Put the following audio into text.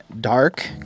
dark